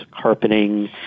carpeting